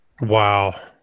Wow